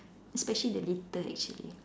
especially the litter actually